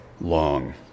long